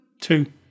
Two